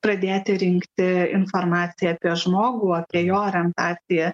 pradėti rinkti informaciją apie žmogų apie jo orientaciją